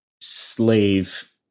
slave